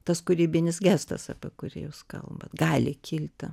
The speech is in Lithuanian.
tas kūrybinis gestas apie kurį jūs kalbat gali kilti